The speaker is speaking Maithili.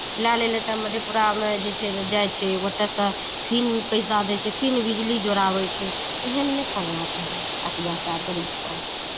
लए लेलक तऽ मधेपुरामे जे छै ने जाइ छै ओतयसँ फेर पैसा दै छै फेर बिजली जोड़ाबै छै एहन नहि करना चाही अत्याचार गरीबपर